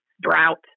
drought